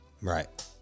Right